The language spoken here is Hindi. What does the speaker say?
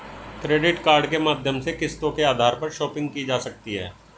क्रेडिट कार्ड के माध्यम से किस्तों के आधार पर शापिंग की जा सकती है